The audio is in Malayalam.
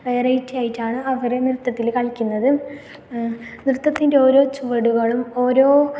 വെറൈറ്റി ആയിട്ടാണ് അവർ നൃത്തത്തിൽ കളിക്കുന്നത് നൃത്തത്തിൻ്റെ ഓരോ ചുവടുകളും ഓരോ